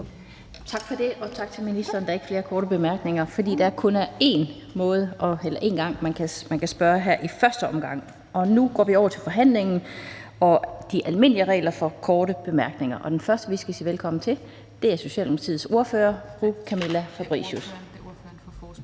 Tak for det, og tak til ministeren. Der er ikke flere korte bemærkninger, fordi det kun er én gang, man kan spørge om noget, her i første omgang. Nu går vi over til forhandlingen og de almindelige regler for korte bemærkninger. Den første, vi skal sige velkommen til, er ordføreren for forslagsstillerne,